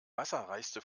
wasserreichste